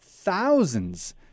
Thousands